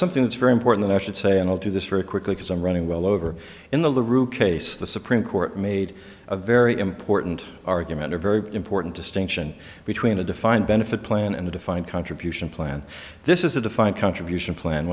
something it's very important i should say and i'll do this very quickly because i'm running well over in the rue case the supreme court made a very important argument a very important distinction between a defined benefit plan and a defined contribution plan this is a defined contribution plan